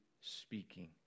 speaking